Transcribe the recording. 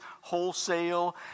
wholesale